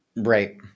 Right